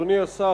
אדוני השר,